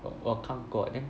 我我看过 then